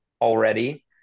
already